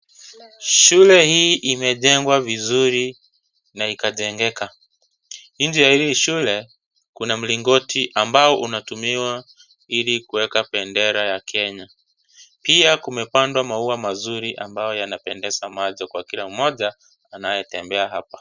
Shule hii imejengwa vizuri na ikajengeka nje ya hili shule kuna mlingoti ambao unatumiwa ili kuweka bendera ya Kenya , pia kumepandwa maua mazuri ambayo yanapendeza macho kwa kila mmoja anayetembea hapa.